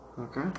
Okay